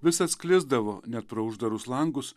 vis atsklisdavo net pro uždarus langus